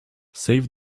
save